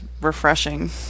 refreshing